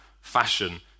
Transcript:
fashion